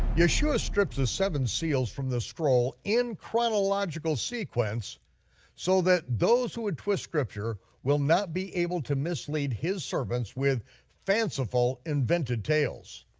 yeshua strips the seven seals from the scroll in chronological sequence so that those who would twist scripture will not be able to mislead his servants with fanciful invented tales.